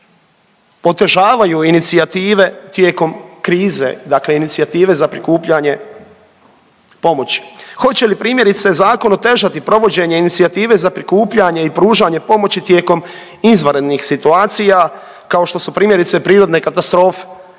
otežavaju inicijative tijekom krize, dakle inicijative za prikupljanje pomoći. Hoće li, primjerice, zakon otežati provođenje inicijative za prikupljanje i pružanje pomoć tijekom izvanrednih situacija, kao što su, primjerice, prirodne katastrofe